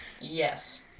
Yes